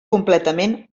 completament